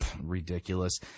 Ridiculous